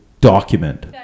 document